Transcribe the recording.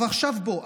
עכשיו בוא,